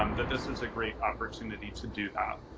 um that this is a great opportunity to do that.